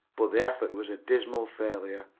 but the effort was a dismal failure.